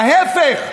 ההפך,